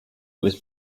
was